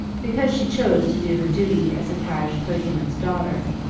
because she chose to do her duty as a parish clergyman's daughter,